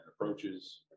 approaches